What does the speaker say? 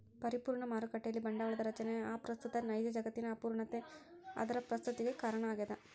ಪರಿಪೂರ್ಣ ಮಾರುಕಟ್ಟೆಯಲ್ಲಿ ಬಂಡವಾಳದ ರಚನೆ ಅಪ್ರಸ್ತುತ ನೈಜ ಜಗತ್ತಿನ ಅಪೂರ್ಣತೆ ಅದರ ಪ್ರಸ್ತುತತಿಗೆ ಕಾರಣ ಆಗ್ಯದ